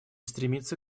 стремиться